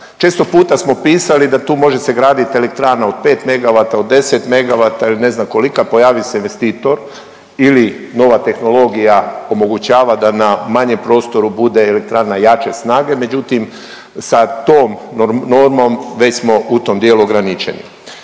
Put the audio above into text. Često puta smo pisali da tu se može graditi elektrana od 5 megavata, od 10 megavata ili ne znam kolika, pojavi se investitor ili nova tehnologija omogućava da na manjem prostoru bude elektrana jače snage, međutim sa tom normom već smo u tom dijelu ograničeni.